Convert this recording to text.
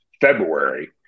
February